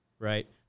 right